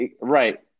right